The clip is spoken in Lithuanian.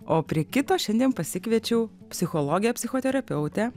o prie kito šiandien pasikviečiau psichologę psichoterapeutę